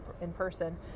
in-person